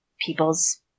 people's